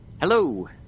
Hello